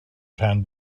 rhan